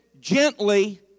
gently